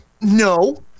No